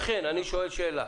לכן אני שואל שאלה: